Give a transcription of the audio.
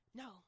no